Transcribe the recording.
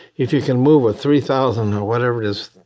if you can move a three thousand, or whatever it is,